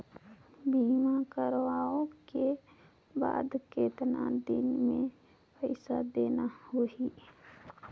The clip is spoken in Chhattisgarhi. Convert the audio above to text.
बीमा करवाओ के बाद कतना दिन मे पइसा देना हो ही?